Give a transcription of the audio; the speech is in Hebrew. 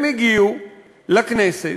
הם הגיעו לכנסת,